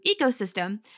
ecosystem